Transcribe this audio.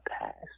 Past